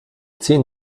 ziehen